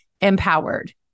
empowered